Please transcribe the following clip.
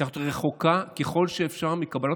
צריכה להיות רחוקה ככל שאפשר מקבלת